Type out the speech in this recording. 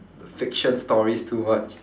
the fiction stories too much